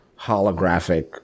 holographic